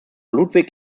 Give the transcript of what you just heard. ludwig